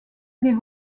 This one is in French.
les